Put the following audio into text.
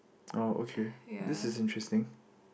oh okay this is interesting